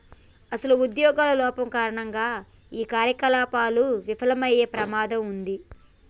అసలు ఉద్యోగుల లోపం కారణంగా ఈ కార్యకలాపాలు విఫలమయ్యే ప్రమాదం ఉంది